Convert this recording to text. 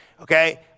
Okay